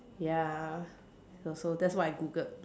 ya so so that's why I Googled